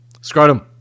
Scrotum